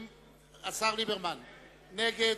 נגד.